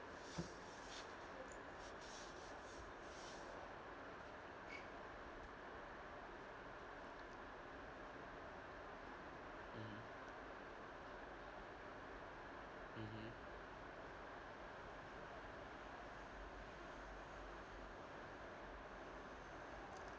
mm mmhmm